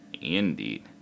Indeed